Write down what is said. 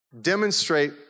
Demonstrate